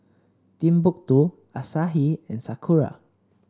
Timbuk two Asahi and Sakura